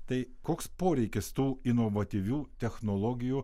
tai koks poreikis tų inovatyvių technologijų